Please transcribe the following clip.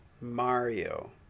Mario